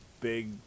big